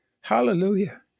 Hallelujah